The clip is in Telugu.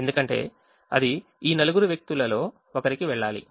ఎందుకంటే అది ఈ నలుగురు వ్యక్తులలో ఒకరికి వెళ్ళాలి